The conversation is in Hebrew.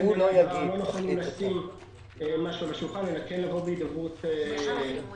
לכן לאו דווקא לשים דברים על השולחן אלא לבוא בהידברות לנושא.